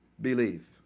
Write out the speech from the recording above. believe